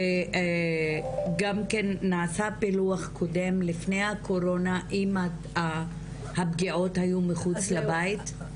או שגם כן נעשה פילוח קודם לפני הקורונה אם הפגיעות היו מחוץ לבית.